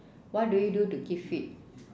what do you do to keep fit